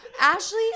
Ashley